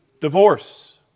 divorce